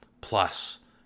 plus